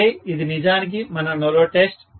అంటే ఇది నిజానికి మన నో లోడ్ టెస్ట్